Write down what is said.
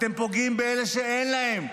אתם פוגעים באלה שאין להם,